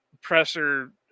presser